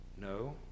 no